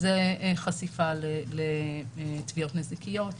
זאת חשיפה לתביעות נזיקיות,